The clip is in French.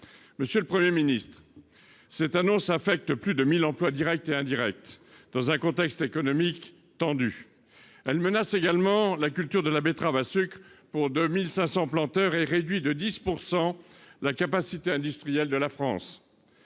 Monsieur le Premier ministre, cette annonce concerne plus de 1 000 emplois directs et indirects, dans un contexte économique tendu. Elle menace également la culture de la betterave à sucre pour 2 500 planteurs et pourrait se traduire par une réduction de 10 % de